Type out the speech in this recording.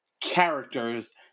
characters